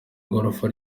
igorofa